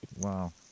Wow